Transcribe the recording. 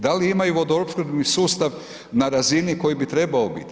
Da li imaju vodoopskrbni sustav na razini koji bi trebao biti?